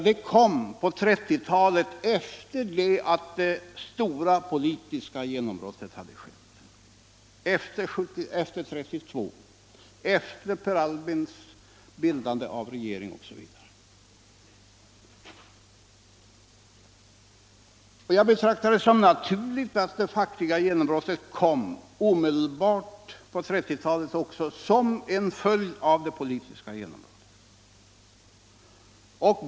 Det skedde på 1930-talet, efter det stora politiska genombrottet 1932 med Per Albins bildande av regering osv. Jag betraktar det som naturligt att det fackliga genombrottet kom på 1930-talet och som en omedelbar följd av det politiska genombrottet.